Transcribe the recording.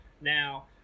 now